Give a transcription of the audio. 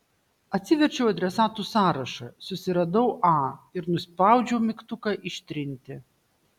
atsiverčiau adresatų sąrašą susiradau a ir nuspaudžiau mygtuką ištrinti